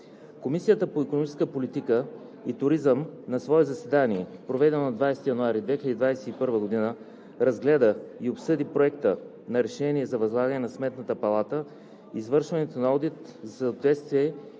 Комисията по икономическа политика и туризъм на свое заседание, проведено на 20 януари 2021 г., разгледа и обсъди Проекта на решение за възлагане на Сметната палата извършването на одит за съответствие